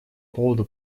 поводу